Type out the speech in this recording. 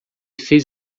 fez